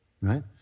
right